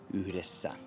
yhdessä